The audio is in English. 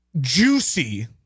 juicy